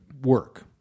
work